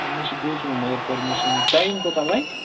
نہ مےٚ چھُ بوٗزمُت مگر پٔرمِشن ٹایِم کوتاہ لَگہِ